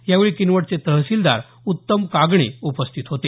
यावेळी किनवटचे तहसिलदार उत्तम कागणे उपस्थित होते